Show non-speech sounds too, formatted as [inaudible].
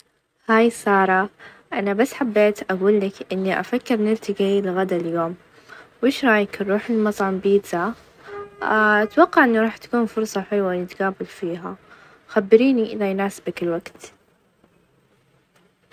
هاي سارة أنا بس حبيت أقول لك إني أفكر نلتقى لغدا اليوم وايش رأيك نروح لمطعم بيتزا؟ [hesitation] أتوقع إنه راح تكون فرصة حلوة نتقابل فيها خبريني إذا يناسبك الوقت.